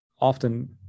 often